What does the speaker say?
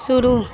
शुरू